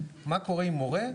מה קורה עם מורה,